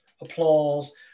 applause